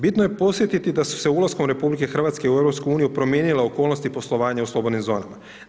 Bitno je podsjetiti da su se ulaskom RH u EU promijenile okolnosti poslovanja u slobodnim zonama.